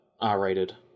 r-rated